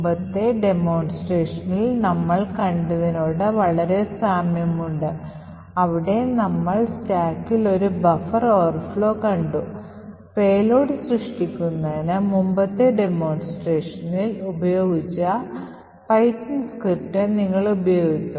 മുമ്പത്തെ ഡെമോൺസ്ട്രേഷനിൽ നമ്മൾ കണ്ടതിനോട് വളരെ സാമ്യമുണ്ട് അവിടെ നമ്മൾ സ്റ്റാക്കിൽ ഒരു ബഫർ ഓവർഫ്ലോ കണ്ടു പേലോഡ് സൃഷ്ടിക്കുന്നതിന് മുമ്പത്തെ ഡെമോൺസ്ട്രേഷനിൽ ഉപയോഗിച്ച പൈത്തൺ സ്ക്രിപ്റ്റ് നിങ്ങൾ ഉപയോഗിക്കും